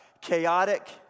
Chaotic